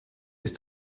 ist